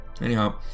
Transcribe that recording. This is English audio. Anyhow